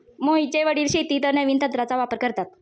मोहितचे वडील शेतीत नवीन तंत्राचा वापर करतात